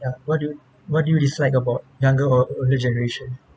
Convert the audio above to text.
ya what do you what do you dislike about younger or older generation